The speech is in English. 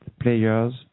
players